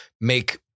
make